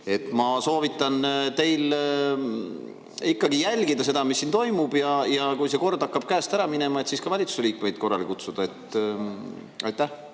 Ma soovitan teil ikkagi jälgida seda, mis siin toimub, ja kui kord hakkab käest ära minema, siis võiks ka valitsuse liikmeid korrale kutsuda. Hea